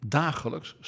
dagelijks